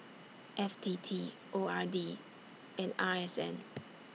F T T O R D and R S N